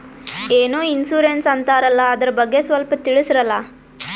ಏನೋ ಇನ್ಸೂರೆನ್ಸ್ ಅಂತಾರಲ್ಲ, ಅದರ ಬಗ್ಗೆ ಸ್ವಲ್ಪ ತಿಳಿಸರಲಾ?